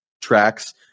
tracks